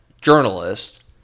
journalist